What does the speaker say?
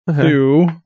two